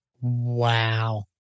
Wow